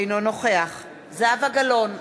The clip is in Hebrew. אינו נוכח זהבה גלאון,